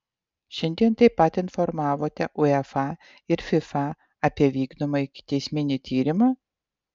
šiandien taip pat informavote uefa ir fifa apie vykdomą ikiteisminį tyrimą